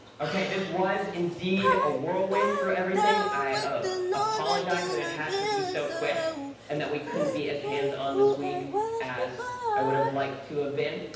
ok, this was indeed a whirlwind through everything. i ah apologize that it had to be so quick and that we couldn't be as hands-on this week as i would've liked to have been.